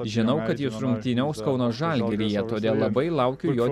žinau kad jis rungtyniaus kauno žalgiryje todėl labai laukiu jo